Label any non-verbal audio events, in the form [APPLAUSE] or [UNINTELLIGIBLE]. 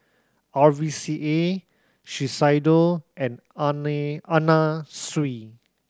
R V C A Shiseido and [UNINTELLIGIBLE] Anna Sui